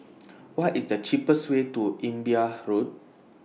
What IS The cheapest Way to Imbiah Road